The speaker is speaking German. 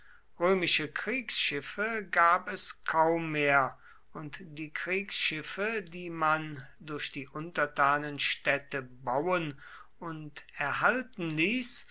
römische kriegsschiffe gab es kaum mehr und die kriegsschiffe die man durch die untertanenstädte bauen und erhalten ließ